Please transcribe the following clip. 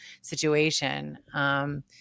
situation